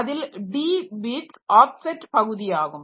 அதில் d bits offset பகுதி ஆகும்